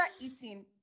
eating